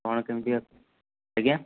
କ'ଣ କେମିତିଆ ଆଜ୍ଞା